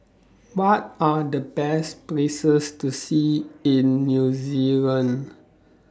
What Are The Best Places to See in New Zealand